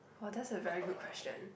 well that's a very good question